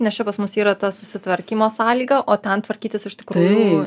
nes čia pas mus yra ta susitvarkymo sąlyga o ten tvarkytis iš tikrųjų